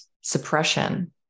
suppression